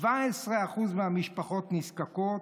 17% מהמשפחות נזקקות,